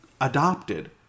adopted